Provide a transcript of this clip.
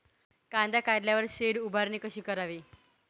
कांदा काढल्यावर शेड उभारणी कशी करावी?